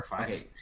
Okay